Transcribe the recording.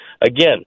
Again